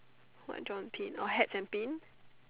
what John pin oh hats and pins